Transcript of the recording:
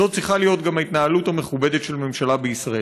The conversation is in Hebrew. זו צריכה להיות גם ההתנהלות המכובדת של הממשלה בישראל.